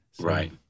Right